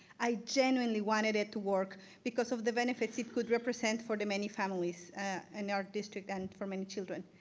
i genuinely wanted it to work because of the benefits it could represent for the many families in our district and for many children.